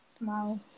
Wow